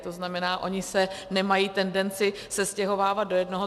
To znamená, oni se nemají tendenci sestěhovávat do jednoho.